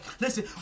Listen